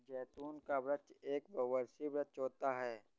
जैतून का वृक्ष एक बहुवर्षीय वृक्ष होता है